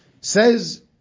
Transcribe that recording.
Says